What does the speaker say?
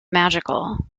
magical